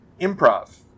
improv